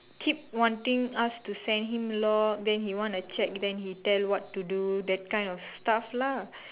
keep wanting us to send him log then he want to check then he tell what to do that kind of stuff lah